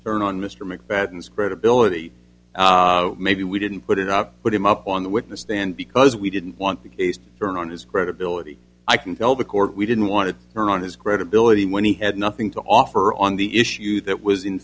earn on mr make battens credibility maybe we didn't put it up put him up on the witness stand because we didn't want the case around his credibility i can tell the court we didn't want to turn on his credibility when he had nothing to offer on the issue that was in